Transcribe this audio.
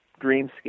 dreamscape